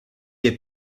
des